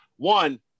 One